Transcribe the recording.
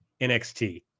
NXT